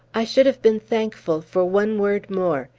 i should have been thankful for one word more,